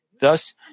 Thus